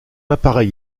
appareil